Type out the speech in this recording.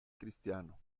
cristiano